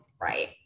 right